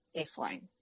baseline